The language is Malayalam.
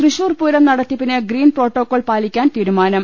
തൃശ്ശൂർ പുരം നടത്തിപ്പിന് ഗ്രീൻ പ്രോട്ടോക്കോൾ പാലിക്കാൻ തീരുമാനം